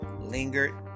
lingered